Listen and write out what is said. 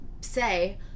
say